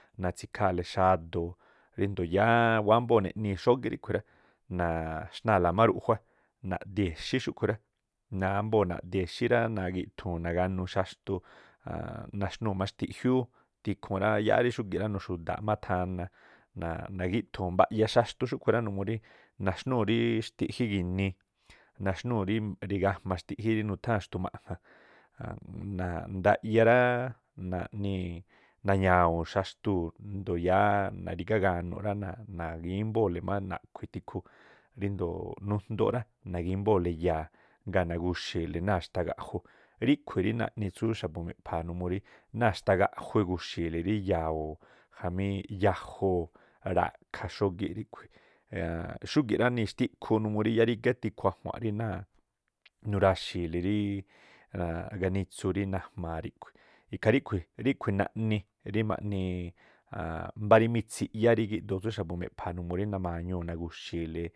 Natsikháa̱le xa̱do̱o̱ ríndoo̱ yáá wámboo̱ neꞌnii̱ xógí ríꞌkhui rá, naxnáa̱la má ruꞌjua. Naꞌdii̱ exí xúkhu̱ rá, nambóo̱ naꞌdii̱ exí rá na̱gi̱ꞌthu̱u̱n naganuu xaxtu naxnúu̱. má xtiꞌjiúú, tikhuun rá yáá ri xúgi̱ rá. nuxu̱da̱a̱ꞌ má thana, nagíꞌthu̱u̱n mba̱ya xaxtu xú̱khui̱ rá numuu rí naxnúu̱ rí xtiꞌjí gi̱nii, naxnúu̱ rí rigajma̱ xtiꞌjí rí nutháa̱n xtu̱ma̱ꞌja̱n ndaꞌyá rá, naꞌnii̱ na̱ña̱wu̱u̱n xaxtuu̱, ndo yáá narígá ga̱nu̱ꞌ rá, nagímbóo̱le má naꞌkhui̱ tihuu. Ríndoo̱ nujndoo rá, nagímbóo̱le ya̱a̱ ngaa̱ nagu̱xi̱i̱le náa̱ xtagaꞌju, ríkhui̱ rí naꞌni tsú xa̱bu̱ miꞌpha̱a̱ numuu rí náa̱ xtagaꞌju iguxi̱i̱le rí yawo̱o̱ jamí yajoo̱, ra̱kha̱ xógíꞌ ríꞌkhui̱ xúgi̱ꞌ rá nixtiꞌkhuu numuu rí yáá rígá tikhu a̱jua̱nꞌ rí náa̱ nuraxii̱li ríí ganitsu rí najma̱a̱ ríꞌkhui̱, ikhaa ríꞌkhui̱ naꞌni rí maꞌni mbá rí mitsiꞌyá rí gíꞌdoo tsú x̱abu̱ meꞌpha̱a̱ numuu rí namañuu̱ nagu̱xi̱i̱le.